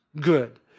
good